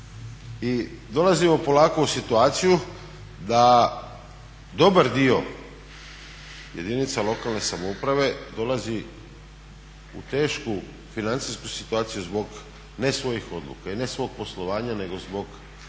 I dolazimo polako u situaciju da dobar dio jedinica lokalne samouprave dolazi u tešku financijsku situaciju zbog ne svojih odluka i ne svog poslovanja nego zbog